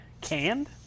canned